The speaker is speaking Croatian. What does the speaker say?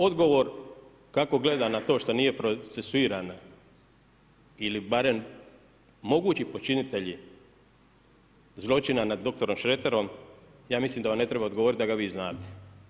Odgovor kako gledam na to što nije procesuirana ili barem mogući počinitelji zločina nad dr. Šreterom, ja mislim da vam ne treba odgovorit, da ga vi znate.